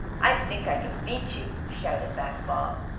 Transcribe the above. i think i can beat you! shouted back bob,